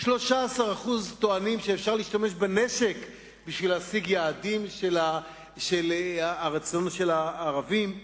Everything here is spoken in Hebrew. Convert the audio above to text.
13% טוענים שאפשר להשתמש בנשק בשביל להשיג יעדים שלרצון הערבים.